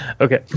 Okay